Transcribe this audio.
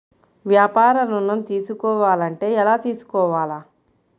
వ్యాపార ఋణం తీసుకోవాలంటే ఎలా తీసుకోవాలా?